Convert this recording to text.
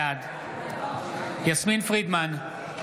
בעד יסמין פרידמן,